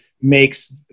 makes